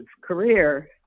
career